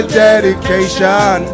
dedication